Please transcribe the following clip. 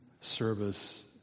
service